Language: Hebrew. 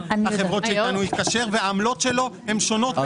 החברות איתן הוא מתקשר והעמלות שלו הן שונות.